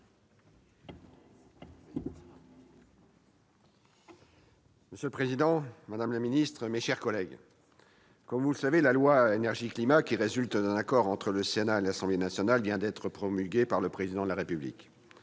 Monsieur le président, madame le ministre, mes chers collègues, comme vous le savez, la loi Énergie-climat, qui est le fruit d'un accord entre le Sénat et l'Assemblée nationale, vient d'être promulguée par le Président de la République.